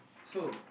so